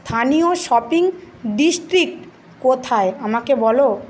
স্থানীয় shopping district কোথায় আমাকে বলো